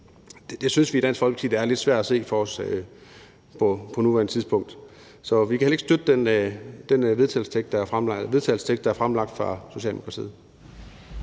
Det synes vi i Dansk Folkeparti er lidt svært at se for os på nuværende tidspunkt. Så vi kan heller ikke støtte den vedtagelsestekst, der er fremlagt fra Socialdemokratiets